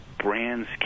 Brands